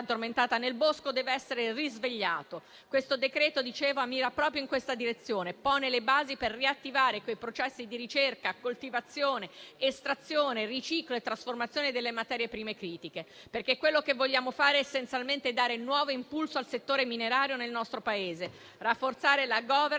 addormentata nel bosco, deve essere risvegliato. Questo decreto-legge, come dicevo, mira proprio in questa direzione e pone le basi per riattivare quei processi di ricerca, coltivazione, estrazione, riciclo e trasformazione delle materie prime critiche, perché quello che vogliamo fare è essenzialmente dare nuovo impulso al settore minerario nel nostro Paese; rafforzare la *governance*